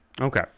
Okay